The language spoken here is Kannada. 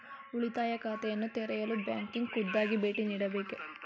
ಉಳಿತಾಯ ಖಾತೆಯನ್ನು ತೆರೆಯಲು ಬ್ಯಾಂಕಿಗೆ ಖುದ್ದಾಗಿ ಭೇಟಿ ನೀಡಬೇಕೇ?